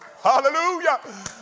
Hallelujah